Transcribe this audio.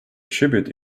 tribute